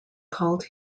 called